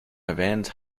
erwähnt